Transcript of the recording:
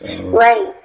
Right